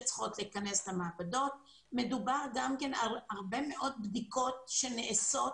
"העברת מקל" או שעדין מתהווה יש מה שנקרא